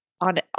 on